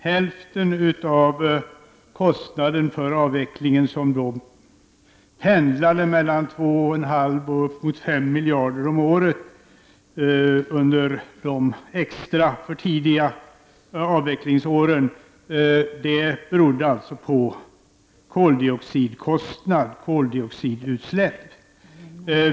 Hälften av kostnaden för avvecklingen, som pendlar mellan 2,5 och 5 miljarder kronor om året under de extra, för tidiga, avvecklingsåren, beror alltså på koldioxidkostnader, koldioxidutsläpp.